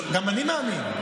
גם אני מאמין.